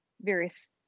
various